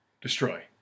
Destroy